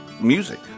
music